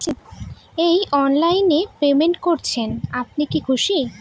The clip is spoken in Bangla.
এই অনলাইন এ পেমেন্ট করছেন আপনি কি খুশি?